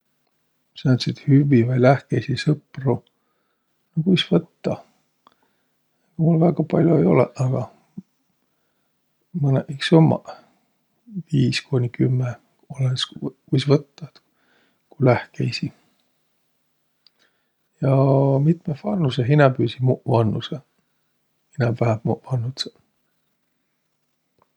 Sääntsit hüvvi vai lähkeisi sõpro, no kuis võttaq. Mul väega pall'o ei olõq agaq mõnõq iks ummaq, viis kooniq kümme. Olõnõs, kuis võttaq, ku lähkeisi. Ja mitmõh vannusõh, inämbüisi muq vannudsõq, inämb-vähämb muq vannudsõq.